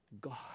God